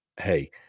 hey